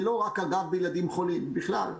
אגב, זה לא רק בילדים חולים אלא בכלל.